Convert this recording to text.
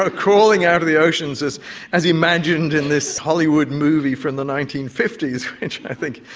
ah crawling out of the oceans, as as imagined in this hollywood movie from the nineteen fifty s, which i think,